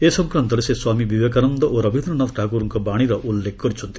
ଏ ସଂକ୍ରାନ୍ତରେ ସ୍ୱାମୀ ବିବେକାନନ୍ଦ ଓ ରବୀନ୍ଦ୍ର ନାଥ ଠାକୁରଙ୍କ ବାଣୀ ଉଲ୍ଲେଖ କରିଛନ୍ତି